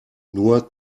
nur